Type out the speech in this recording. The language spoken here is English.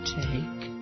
take